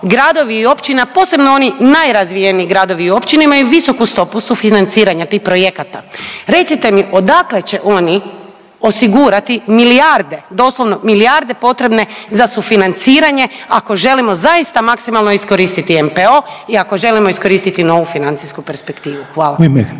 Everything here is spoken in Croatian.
gradovi i općina, posebno oni najrazvijeniji gradovi i općine imaju visoku stopu sufinanciranja tih projekata. Recite mi odakle će oni osigurati milijarde, doslovno milijarde potrebne za sufinanciranje ako želimo zaista maksimalno iskoristiti NPO i ako želimo iskoristiti novu financijsku perspektivu. Hvala.